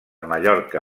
mallorca